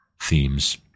themes